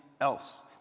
else